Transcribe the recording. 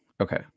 Okay